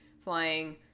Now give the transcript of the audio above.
flying